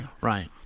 Right